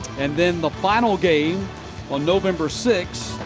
and then the final game on november sixth,